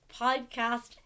podcast